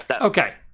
Okay